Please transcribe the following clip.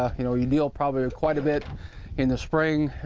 ah you know you deal probably and quite a bit in the spring,